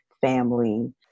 family